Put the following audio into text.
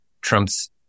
Trump's